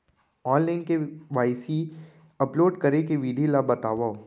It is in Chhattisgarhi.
ऑनलाइन के.वाई.सी अपलोड करे के विधि ला बतावव?